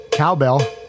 Cowbell